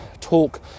talk